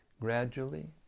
gradually